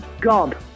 God